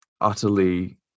utterly